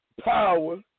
power